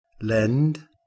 lend